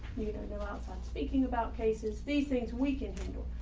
you know no outside speaking about cases, these things we can handle,